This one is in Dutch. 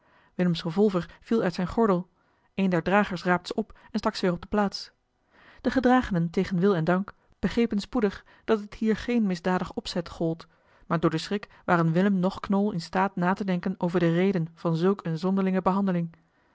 willems revolver viel uit zijn gordel een der dragers raapte ze op en stak ze weer op de plaats de gedragenen tegen wil en dank begrepen spoedig dat het hier geen misdadig opzet gold maar door den schrik waren willem noch knol in staat na te denken over de reden van zulk eene zonderlinge behandeling